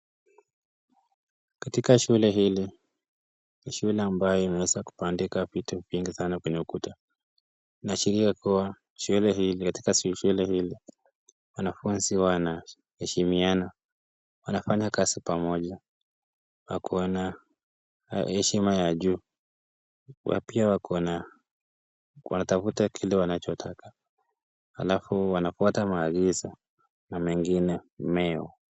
Katika shule hili, nishule ambayo unaeza kubandika vitu vingi sana kwenye ukuta, inaashilia kuwa shule hili wanafunzi wanaheshimiana wanafanya kazi pamoja kwa kuwa na heshima ya juu , na pia wanatafuta kile wanachotaka alafu wanafwata maagizo na mengineyo.